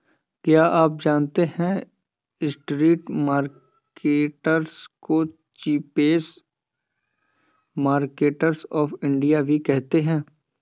क्या आप जानते है स्ट्रीट मार्केट्स को चीपेस्ट मार्केट्स ऑफ इंडिया भी कहते है?